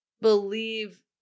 believe